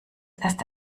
erste